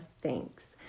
thanks